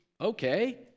okay